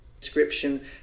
Description